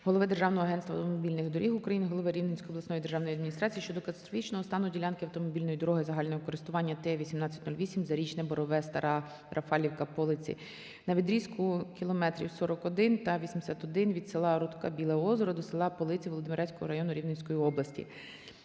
голови Державного агентства автомобільних доріг України, голови Рівненської обласної державної адміністрації щодо катастрофічного стану ділянки автомобільної дороги загального користування Т-18-08 Зарічне-Борове-Стара Рафалівка-Полиці на відрізку км 41 та 81 (від села Рудка (Біле Озеро) до села Полиці Володимирецького району Рівненської області).